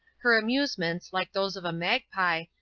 her amusements, like those of a magpie,